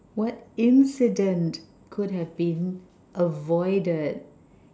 what incidence could have been avoided